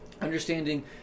Understanding